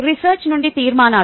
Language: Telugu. రిసర్చ్ నుండి తీర్మానాలు